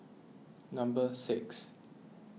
number six